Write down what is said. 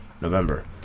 November